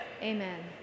Amen